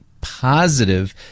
positive